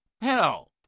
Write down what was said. Hell